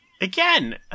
Again